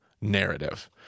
narrative